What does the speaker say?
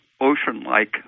ocean-like